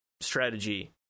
strategy